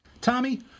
Tommy